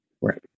Right